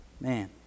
Man